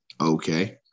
Okay